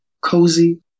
cozy